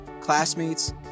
classmates